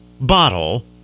bottle